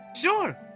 Sure